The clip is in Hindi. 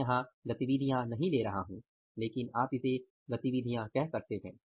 मैं यहां गतिविधियां नहीं ले रहा हूं लेकिन आप इसे गतिविधिया कह सकते हैं